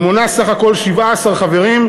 ומונה בסך הכול 17 חברים,